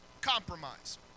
compromise